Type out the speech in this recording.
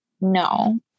no